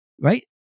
Right